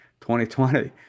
2020